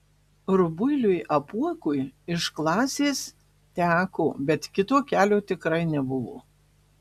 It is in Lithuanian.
rubuiliui apuokui iš klasės teko bet kito kelio tikrai nebuvo